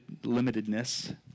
limitedness